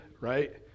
right